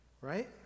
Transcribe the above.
Right